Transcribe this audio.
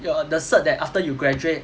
your the cert that after you graduate